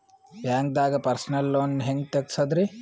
ಬ್ಯಾಂಕ್ದಾಗ personal loan ಹೆಂಗ್ ತಗ್ಸದ್ರಿ?